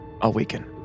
Awaken